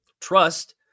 Trust